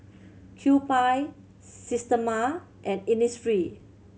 Kewpie Systema and Innisfree